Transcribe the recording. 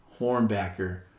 Hornbacker